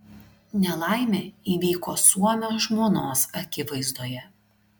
nelaimė įvyko suomio žmonos akivaizdoje